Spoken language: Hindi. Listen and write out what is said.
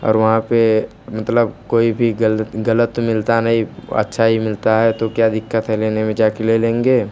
और वहाँ पर मतलब कोई भी ग़लत ग़लत मिलता नहीं अच्छा ही मिलता है तो क्या दिक्कत है लेने में जा के ले लेंगे